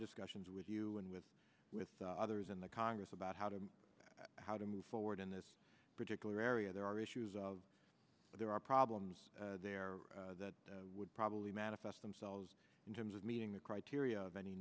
discussions with you and with with others in the congress about how to how to move forward in this particular area there are issues of there are problems there that would probably manifest themselves in terms of meeting the criteria of any